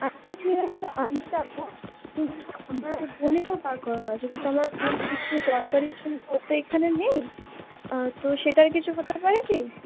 actually আমি তো আগে যাবো কিন্তু আমার বোনেরও বার করানো আছে কিন্তু আমার বোন কিছু দরকারের জন্য ও তো এখানে নেই তো সেটার কিছু হতে পারে কি